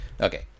okay